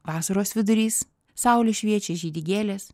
vasaros vidurys saulė šviečia žydi gėlės